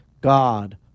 God